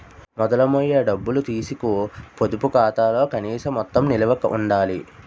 మొదలు మొయ్య డబ్బులు తీసీకు పొదుపు ఖాతాలో కనీస మొత్తం నిలవ ఉండాల